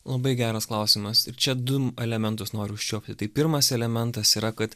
labai geras klausimas ir čia du elementus noriu užčiuopti tai pirmas elementas yra kad